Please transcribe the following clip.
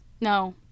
No